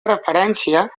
referència